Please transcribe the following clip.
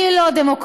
שהיא לא דמוקרטית,